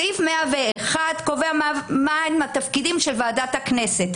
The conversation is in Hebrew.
סעיף 100(1) קובע מהם התפקידים של ועדת הכנסת,